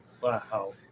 Wow